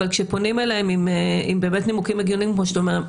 אבל כשפונים אליהם עם נימוקים הגיוניים כמו שאתה אומר,